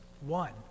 one